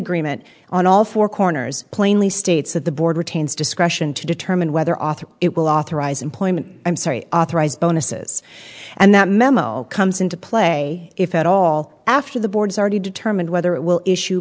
agreement on all four corners plainly states that the board retains discretion to determine whether authored it will authorize employment i'm sorry authorised bonuses and that memo comes into play if at all after the board's already determined whether it will issue